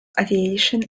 aviation